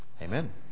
Amen